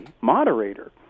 moderator